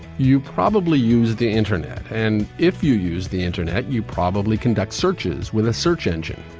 you probably use the internet and if you use the internet, you probably conduct searches with a search engine.